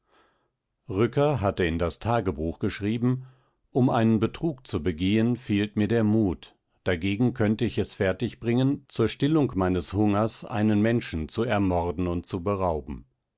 rücker hatte in das tagebuch geschrieben um einen betrug zu begehen fehlt mir der mut dagegen könnte ich es fertigbringen zur stillung meines hungers einen menschen zu ermorden und zu berauben